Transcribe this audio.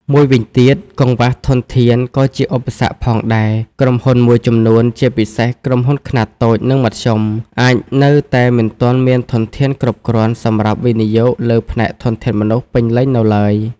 មួយវិញទៀត កង្វះធនធាន ក៏ជាឧបសគ្គផងដែរ ក្រុមហ៊ុនមួយចំនួន ជាពិសេសក្រុមហ៊ុនខ្នាតតូច និងមធ្យម អាចនៅតែមិនទាន់មានធនធានគ្រប់គ្រាន់សម្រាប់វិនិយោគលើផ្នែកធនធានមនុស្សពេញលេញនៅឡើយ។